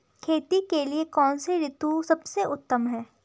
खेती के लिए कौन सी ऋतु सबसे उत्तम है?